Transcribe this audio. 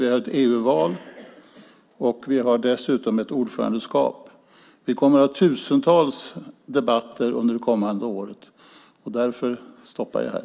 Vi har ett EU-val, och vi har dessutom ett ordförandeskap. Vi kommer att ha tusentals debatter under det kommande året. Därför slutar jag här.